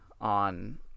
on